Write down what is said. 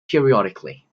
periodically